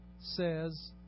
says